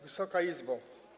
Wysoka Izbo!